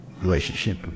relationship